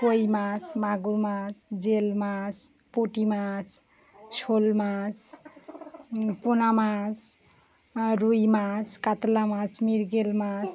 কই মাছ মাগুর মাছ জিওল মাছ পুঁটি মাছ শোল মাছ পোনা মাছ রুই মাছ কাতলা মাছ মৃগেল মাছ